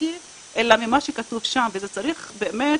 הטכנולוגי אלא ממה שכתוב שם וצריך באמת